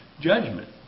Judgment